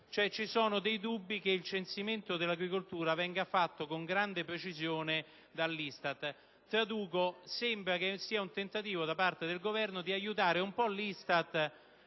che ci sono dei dubbi che il censimento dell'agricoltura venga fatto con grande precisione dall'ISTAT. Traduco: sembra che sia un tentativo da parte del Governo in parte di aiutare